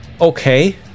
okay